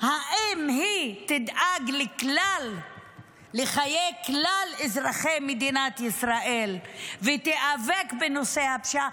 אם היא תדאג לחיי כלל אזרחי מדינת ישראל והיא תיאבק בנושא הפשיעה.